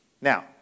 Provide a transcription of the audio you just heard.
Now